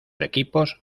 equipos